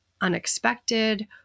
unexpected